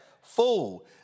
Fool